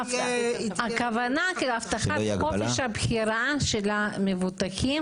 הכוונה הבטחת חופש הבחירה של המבוטחים